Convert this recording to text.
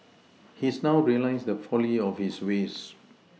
he's now realised the folly of his ways